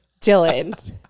Dylan